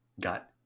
got